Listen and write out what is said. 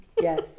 Yes